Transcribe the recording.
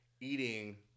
eating